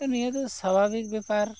ᱱᱤᱭᱟᱹ ᱫᱚ ᱥᱟᱵᱷᱟᱵᱤᱠ ᱵᱮᱯᱟᱨ